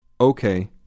Okay